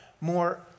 more